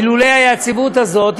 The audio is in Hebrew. ללא היציבות הזאת,